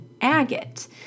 agate